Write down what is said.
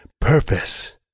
purpose